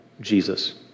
Jesus